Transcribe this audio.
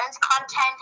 content